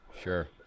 Sure